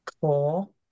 Cool